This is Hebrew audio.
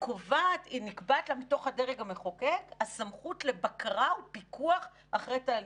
נקבעת לה מתוך הדרג המחוקק הסמכות לבקרה ופיקוח אחרי תהליכים.